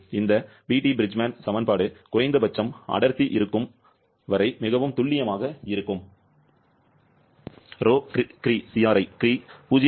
இந்த Beattie Bridgeman சமன்பாடு குறைந்தபட்சம் அடர்த்தி இருக்கும் வரை மிகவும் துல்லியமாக இருக்கும் ρcri 0